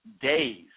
days